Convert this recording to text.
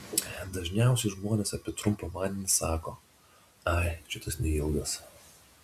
dažniausiai žmonės apie trumpą vandenį sako ai čia tas neilgas